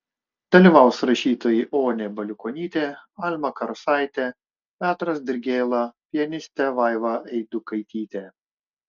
dalyvaus rašytojai onė baliukonytė alma karosaitė petras dirgėla pianistė vaiva eidukaitytė